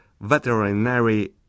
veterinary